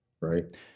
Right